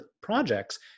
projects